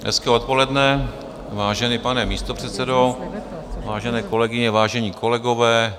Hezké odpoledne, vážený pane místopředsedo, vážené kolegyně, vážení kolegové.